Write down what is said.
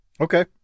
Okay